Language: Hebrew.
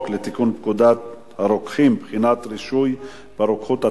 לתיקון פקודת הרוקחים (בחינת רישוי ברוקחות),